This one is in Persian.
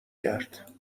کرد